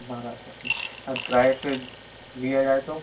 बारह सौ और किराए पर लिया जाए तो